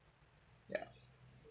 yeah